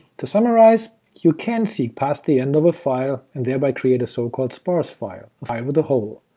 to summarize you can seek past the end of a file and thereby create a so-called sparse file, a file with a hole.